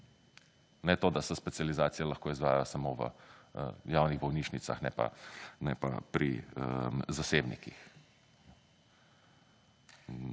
Ne to, da se specializacije lahko izvajajo samo v javnih bolnišnicah ne pa pri zasebnikih.